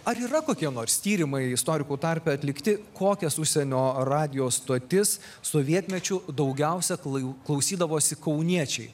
ar yra kokie nors tyrimai istorikų tarpe atlikti kokias užsienio radijo stotis sovietmečiu daugiausia jų klausydavosi kauniečiai